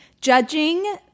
judging